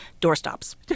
doorstops